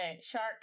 shark